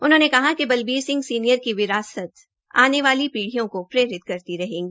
उन्होंने कहा कि बलबीर सिंह सीनियर की विरासत आने वाली पीडियों के प्रेरित करती रहेगा